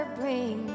bring